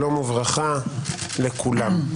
שלום וברכה לכולם.